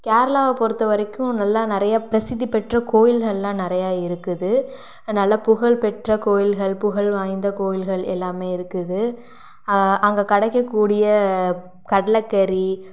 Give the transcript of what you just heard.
கேரளாவை பொறுத்த வரைக்கும் நல்லா நிறையா பிரசித்தி பெற்ற கோயில்கள்லாம் நிறையா இருக்குது நல்லா புகழ் பெற்ற கோயில்கள் புகழ் வாய்ந்த கோயில்கள் எல்லாமே இருக்குது அங்கே கிடைக்க கூடிய கடலைகறி